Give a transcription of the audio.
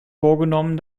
vorgenommen